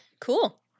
Cool